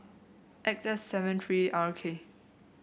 X F seven three R K